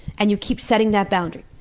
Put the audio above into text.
and you keep setting that boundary.